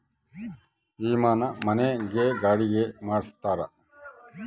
ವಿಮೆನ ಮನೆ ಗೆ ಗಾಡಿ ಗೆ ಮಾಡ್ಸ್ತಾರ